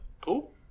Cool